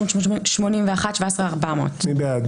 17,041 עד 17,060. מי בעד?